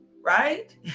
Right